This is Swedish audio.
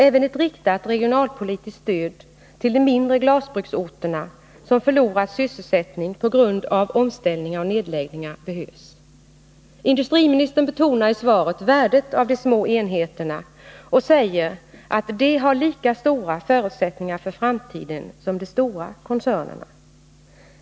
Även ett riktat regionalpolitiskt stöd till de mindre glasbruksorterna som förlorat sysselsättning på grund av omställningar och nedläggningar behövs. Industriministern betonar i svaret värdet av de små enheterna och säger att de har lika stora förutsättningar för framtiden som de stora koncernerna.